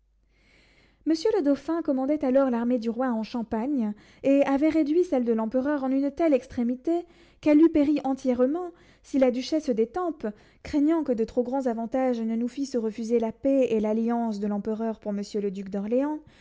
monsieur le dauphin commandait alors l'armée du roi en champagne et avait réduit celle de l'empereur en une telle extrémité qu'elle eût péri entièrement si la duchesse d'étampes craignant que de trop grands avantages ne nous fissent refuser la paix et l'alliance de l'empereur pour monsieur le duc d'orléans